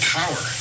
power